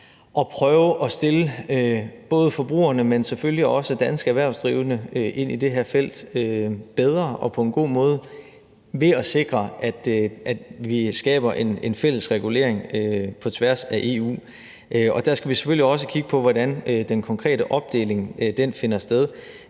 god måde at stille både forbrugerne, men selvfølgelig også danske erhvervsdrivende i det her felt, bedre ved at sikre, at vi skaber en fælles regulering på tværs af EU. Og der skal vi selvfølgelig også kigge på, hvordan den konkrete opdeling finder sted.